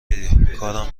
میری، کارم